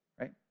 right